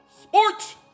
sports